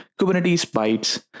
kubernetesbytes